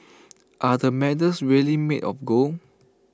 are the medals really made of gold